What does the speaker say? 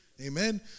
amen